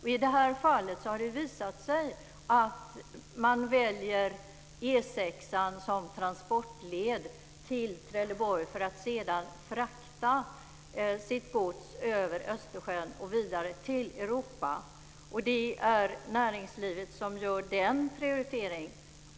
I det här fallet har det visat sig att man väljer E 6:an som transportled till Trelleborg för att sedan frakta sitt gods över Östersjön och vidare till Europa. Det är näringslivet som gör den prioriteringen.